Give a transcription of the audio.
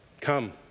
come